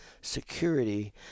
security